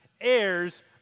heirs